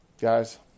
Guys